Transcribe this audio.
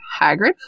Hagrid